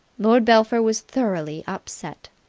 lord belpher was thoroughly upset.